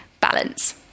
balance